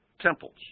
temples